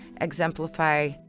exemplify